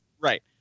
Right